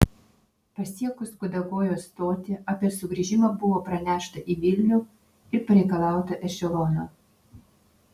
pasiekus gudagojo stotį apie sugrįžimą buvo pranešta į vilnių ir pareikalauta ešelono